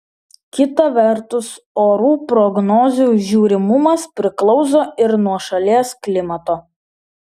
kita vertus orų prognozių žiūrimumas priklauso ir nuo šalies klimato